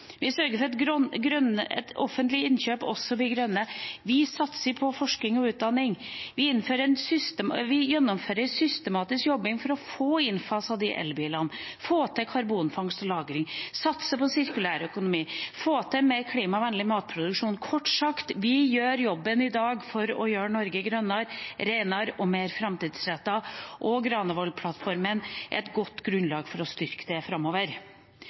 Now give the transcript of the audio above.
Vi sørger for at offentlige innkjøp blir grønne, vi satser på forskning og utdanning, vi gjennomfører en systematisk jobbing for å få innfaset de elbilene, få til karbonfangst og -lagring, satse på sirkulær økonomi, få til mer klimavennlig matproduksjon – kort sagt: Vi gjør jobben i dag for å gjøre Norge grønnere, renere og mer framtidsrettet, og Granavolden-plattformen er et godt grunnlag for å styrke dette arbeidet framover.